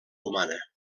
humana